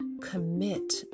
Commit